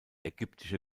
ägyptische